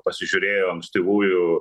pasižiūrėjo ankstyvųjų